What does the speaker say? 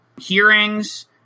hearings